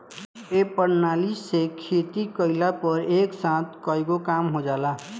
ए प्रणाली से खेती कइला पर एक साथ कईगो काम हो जाला